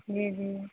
جی جی